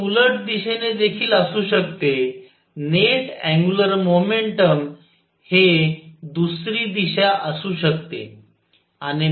हे उलट दिशेने देखील असू शकते नेट अँग्युलर मोमेंटम हे दुसरी दिशा असू शकते